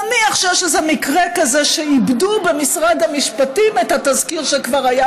ונניח שיש איזה מקרה כזה שאיבדו במשרד המשפטים את התזכיר שכבר היה,